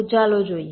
તો ચાલો જોઈએ